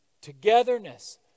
togetherness